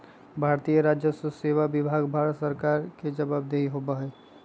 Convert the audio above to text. भारतीय राजस्व सेवा विभाग भारत सरकार के जवाबदेह होबा हई